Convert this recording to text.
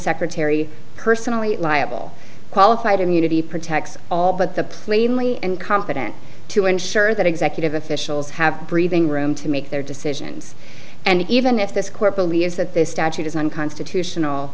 secretary personally liable qualified immunity protects all but the plainly and competent to ensure that executive officials have breathing room to make their decisions and even if this court believes that this statute is unconstitutional